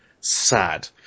sad